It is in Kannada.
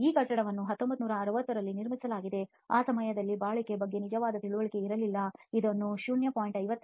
ಈ ಕಟ್ಟಡವನ್ನು 1960 ರಲ್ಲಿ ನಿರ್ಮಿಸಲಾಯಿತು ಆ ಸಮಯದಲ್ಲಿ ಬಾಳಿಕೆ ಬಗ್ಗೆ ನಿಜವಾದ ತಿಳುವಳಿಕೆ ಇರಲಿಲ್ಲ ಇದನ್ನು 0